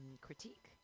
critique